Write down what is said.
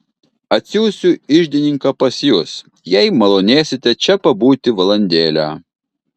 atsiųsiu iždininką pas jus jei malonėsite čia pabūti valandėlę